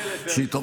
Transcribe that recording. אין קשר בין זה לזה.